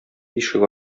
ишек